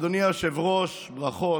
אדוני היושב-ראש, ברכות.